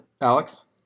Alex